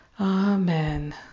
Amen